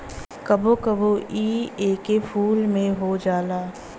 कबो कबो इ एके फूल में हो जाला